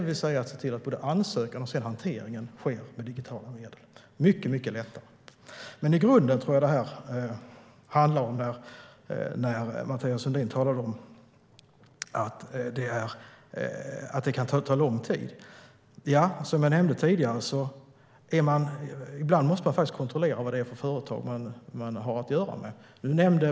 Vi ska se till att både ansökan och hantering sker digitalt. Det är mycket bättre och lättare. Mathias Sundin talar om att det tar lång tid. Ibland måste man kontrollera vad det är för företag man har att göra med.